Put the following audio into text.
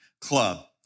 club